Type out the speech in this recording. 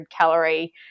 calorie